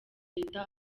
reta